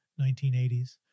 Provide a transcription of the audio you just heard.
1980s